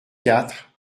quatre